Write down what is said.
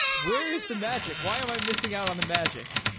where is the magic? why am i missing out on the magic?